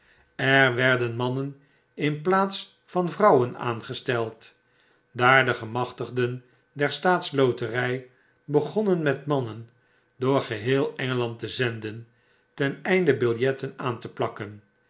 er werden mannen in plaats van vrouwen aangesteld daar de gemachtigden der staats loterij begonnen met mannen door geheel engeland te zenden ten einde biljetten aan te plakken